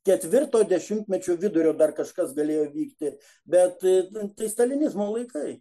ketvirto dešimtmečio vidurio dar kažkas galėjo vykti bet tai stalinizmo laikai